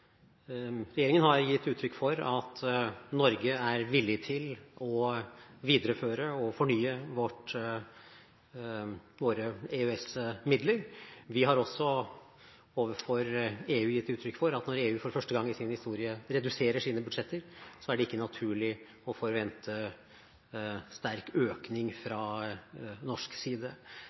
Regjeringen har gitt uttrykk for at Norge er villig til å videreføre og fornye våre EØS-midler. Vi har også overfor EU gitt uttrykk for at når EU for første gang i sin historie reduserer sine budsjetter, er det ikke naturlig å forvente sterk økning fra norsk side.